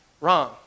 wrong